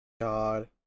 God